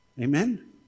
Amen